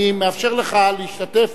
אני מאפשר לך להשתתף,